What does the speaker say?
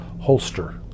holster